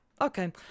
Okay